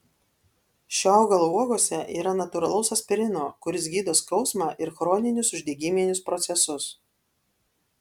šio augalo uogose yra natūralaus aspirino kuris gydo skausmą ir chroninius uždegiminius procesus